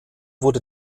wurde